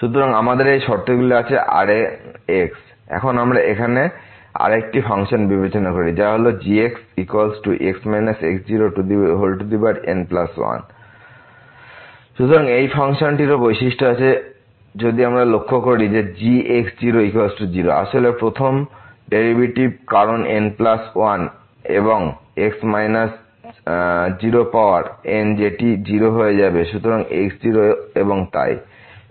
সুতরাং আমাদের এই শর্তগুলো আছে Rn এখন আমরা এখানে আরেকটি ফাংশন বিবেচনা করি যা হল gxx x0n1∀x∈I সুতরাং এই ফাংশনটিরও বৈশিষ্ট্য আছে যদি আমরা লক্ষ্য করি যে gx0 0 আসলে প্রথম ডেরিভেটিভ কারণ n প্লাস 1 এবং x মাইনাস 0 পাওয়ার n যেটি 0 হয়ে যাবে x0 এবং তাই